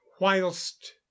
whilst